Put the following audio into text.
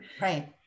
Right